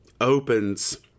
opens